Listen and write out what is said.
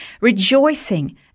rejoicing